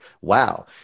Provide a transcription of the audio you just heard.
wow